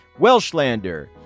Welshlander